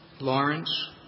Lawrence